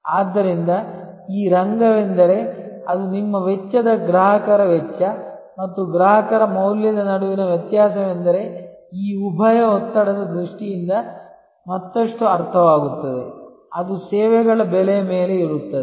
ಆದ್ದರಿಂದ ಈ ರಂಗವೆಂದರೆ ಅದು ನಿಮ್ಮ ವೆಚ್ಚದ ಗ್ರಾಹಕರ ವೆಚ್ಚ ಮತ್ತು ಗ್ರಾಹಕರ ಮೌಲ್ಯದ ನಡುವಿನ ವ್ಯತ್ಯಾಸವೆಂದರೆ ಈ ಉಭಯ ಒತ್ತಡದ ದೃಷ್ಟಿಯಿಂದ ಮತ್ತಷ್ಟು ಅರ್ಥವಾಗುತ್ತದೆ ಅದು ಸೇವೆಗಳ ಬೆಲೆಯ ಮೇಲೆ ಇರುತ್ತದೆ